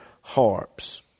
harps